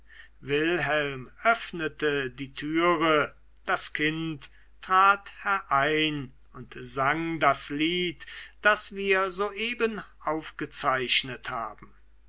wilhelm öffnete die türe das kind trat herein und sang das lied das wir soeben aufgezeichnet haben